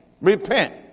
Repent